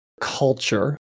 culture